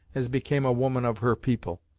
as became a woman of her people.